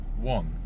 one